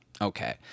okay